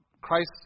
Christ